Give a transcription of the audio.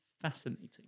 fascinating